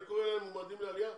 אני קורא להם מועמדים לעלייה.